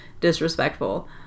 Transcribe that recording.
disrespectful